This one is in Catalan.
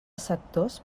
sectors